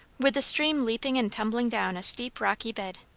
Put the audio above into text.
with the stream leaping and tumbling down a steep rocky bed.